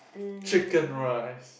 chicken rice